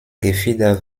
gefieder